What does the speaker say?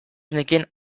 nekien